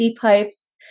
pipes